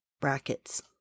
brackets